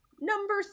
number